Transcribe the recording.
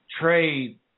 trade